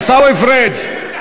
עיסאווי פריג',